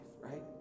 right